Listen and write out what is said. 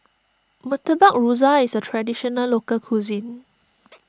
Murtabak Rusa is a Traditional Local Cuisine